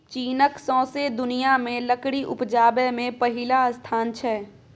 चीनक सौंसे दुनियाँ मे लकड़ी उपजाबै मे पहिल स्थान छै